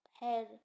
hair